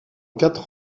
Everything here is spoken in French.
quatre